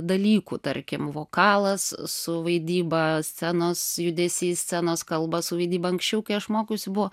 dalykų tarkim vokalas su vaidyba scenos judesys scenos kalba su vaidyba anksčiau kai aš mokiausi buvo